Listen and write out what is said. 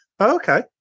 okay